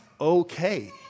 okay